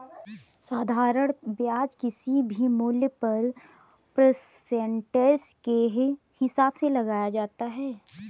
साधारण ब्याज किसी भी मूल्य पर परसेंटेज के हिसाब से लगाया जाता है